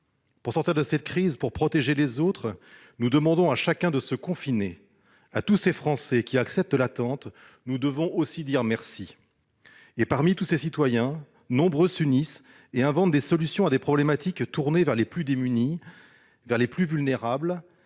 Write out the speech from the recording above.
Pour sortir de cette crise, pour protéger les autres, nous demandons à chacun de se confiner. À tous ces Français qui acceptent l'attente, nous devons aussi dire merci. Nombre de ces citoyens s'unissent et inventent des solutions à des problématiques touchant les plus démunis, les plus vulnérables,